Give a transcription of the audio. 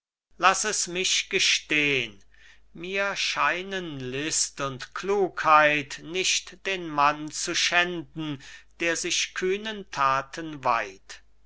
laß es mich gestehn mir scheinen list und klugheit nicht den mann zu schänden der sich kühnen thaten weiht